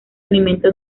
alimento